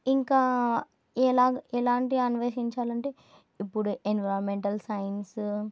ఇంకా ఎలా ఎలాంటి అన్వేశించాలంటే ఇప్పుడు ఎన్విరామెంటల్ సైన్స్